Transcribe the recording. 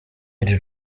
iri